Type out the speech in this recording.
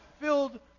filled